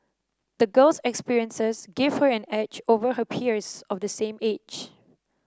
the girl's experiences gave her an edge over her peers of the same age